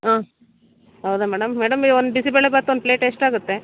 ಹಾಂ ಹೌದಾ madam madam ಈ ಒಂದು ಬಿಸಿಬೇಳೆಭಾತ್ ಒಂದು ಪ್ಲೇಟ್ ಎಷ್ಟಾಗುತ್ತೆ